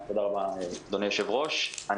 תודה רבה, אדוני היושב-ראש.